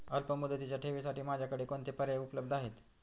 अल्पमुदतीच्या ठेवींसाठी माझ्याकडे कोणते पर्याय उपलब्ध आहेत?